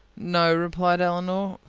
no, replied elinor,